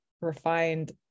refined